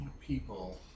People